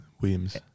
Williams